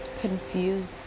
confused